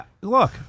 look